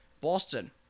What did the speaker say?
Boston